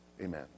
amen